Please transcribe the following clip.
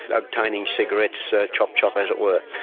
obtaining cigarettes, ah chop-chop as it were.